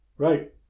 Right